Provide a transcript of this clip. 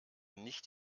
nicht